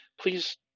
please